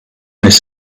miss